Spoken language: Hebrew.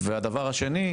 ושנית,